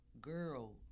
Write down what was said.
Girl